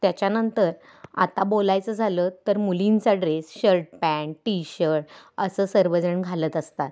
त्याच्यानंतर आता बोलायचं झालं तर मुलींचा dress shirt pant T shirt असं सर्वजण घालत असतात